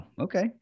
okay